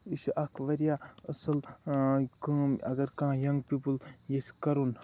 یہِ چھُ اکھ واریاہ اَصٕل کٲم اَگر کانٛہہ ینگ پیٖپٕل یِژھہِ کَرُن